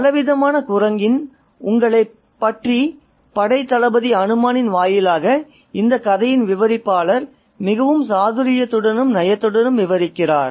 பலவிதமான குரங்கின் உங்களைப் பற்றி படைத் தளபதி அனுமானின் வாயிலாக இந்த கதையின் விவரிப்பாளர் மிகவும் சாதுரியத்துடனும் நயத்துடனும் விவரிக்கிறார்